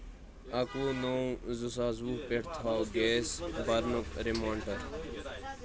اَکوُہ نو زٕ ساس وُہ پٮ۪ٹھ تھاو گیس برنُک ریماناڑر